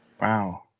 Wow